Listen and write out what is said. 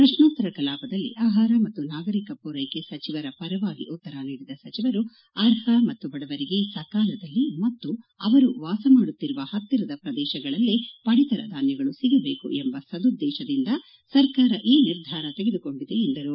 ಪ್ರಶ್ನೋತ್ತರ ಕಲಾಪದಲ್ಲಿ ಆಹಾರ ಮತ್ತು ನಾಗರಿಕ ಪೂರೈಕೆ ಸಚಿವರ ಪರವಾಗಿ ಉತ್ತರ ನೀಡಿದ ಸಚಿವರು ಅರ್ಹ ಮತ್ತು ಬಡವರಿಗೆ ಸಕಾಲದಲ್ಲಿ ಮತ್ತು ಅವರು ವಾಸ ಮಾಡುತ್ತಿರುವ ಹತ್ತಿರದ ಪ್ರದೇಶಗಳಲ್ಲೇ ಪಡಿತರ ಧಾನ್ವಗಳು ಸಿಗದೇಕು ಎಂಬ ಸದುದ್ದೇಶದಿಂದ ಸರ್ಕಾರ ಈ ನಿರ್ಧಾರ ತೆಗೆದುಕೊಂಡಿದೆ ಎಂದರು